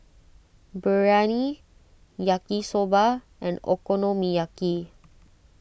Biryani Yaki Soba and Okonomiyaki